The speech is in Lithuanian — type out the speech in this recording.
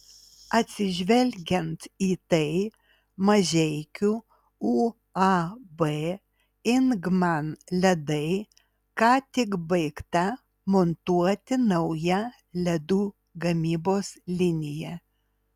atsižvelgiant į tai mažeikių uab ingman ledai ką tik baigta montuoti nauja ledų gamybos linija